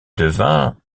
devint